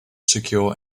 secure